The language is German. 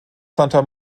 santa